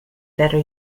better